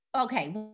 okay